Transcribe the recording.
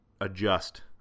adjust